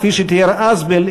כפי שתיאר אזבל,